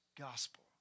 gospel